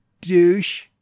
douche